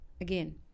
again